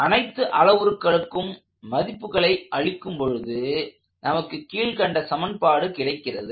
அனைத்து அளவுருக்களுக்கும் மதிப்புகளை அளிக்கும் பொழுது நமக்கு கீழ்கண்ட சமன்பாடு கிடைக்கிறது